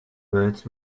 words